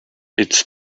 its